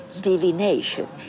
divination